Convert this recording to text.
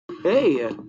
Hey